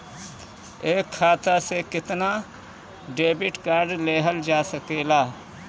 एक खाता से केतना डेबिट कार्ड लेहल जा सकेला?